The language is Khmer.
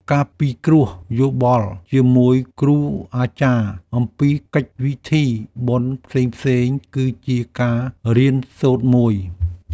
ការពិគ្រោះយោបល់ជាមួយគ្រូអាចារ្យ អំពីកិច្ចពិធីបុណ្យផ្សេងៗ គឺជាការរៀនសូត្រមួយ។